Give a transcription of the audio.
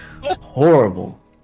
horrible